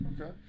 Okay